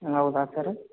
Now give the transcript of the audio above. ಹೌದಾ ಸರ್ರ್